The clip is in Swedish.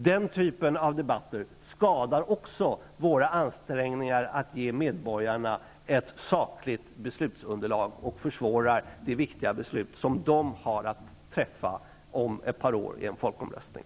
Den typen av debatter skadar våra ansträngningar att ge medborgarna ett sakligt beslutsunderlag och försvårar det viktiga beslut som de har att träffa om ett par år i en folkomröstning.